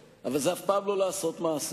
זה תמיד לנופף, אבל זה אף פעם לא לעשות מעשה.